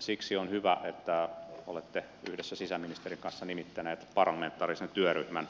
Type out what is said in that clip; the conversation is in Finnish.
siksi on hyvä että olette yhdessä sisäministerin kanssa nimittäneet parlamentaarisen työryhmän